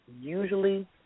usually